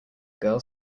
girl